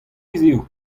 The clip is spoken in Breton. hiziv